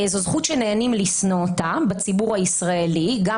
זאת זכות שנהנים לשנוא אותה בציבור הישראלי גם